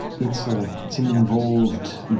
it's ah it's an involved,